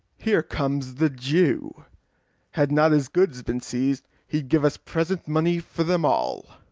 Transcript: here comes the jew had not his goods been seiz'd, he'd give us present money for them all.